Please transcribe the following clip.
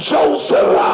Joseph